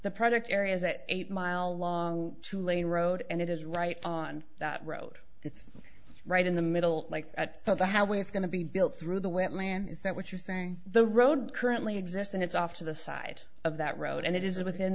the product areas at eight mile long two lane road and it is right on that road it's right in the middle like at the how it's going to be built through the wetland is that what you're saying the road currently exists and it's off to the side of that road and it is within